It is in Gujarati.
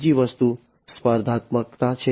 બીજી વસ્તુ સ્પર્ધાત્મકતા છે